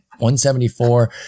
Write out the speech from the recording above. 174